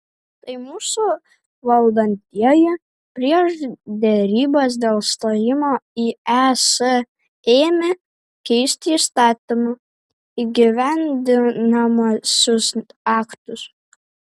tai mūsų valdantieji prieš derybas dėl stojimo į es ėmė keisti įstatymų įgyvendinamuosius aktus